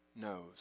knows